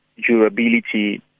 durability